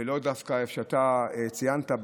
ולא דווקא איפה שציינת,